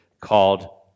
called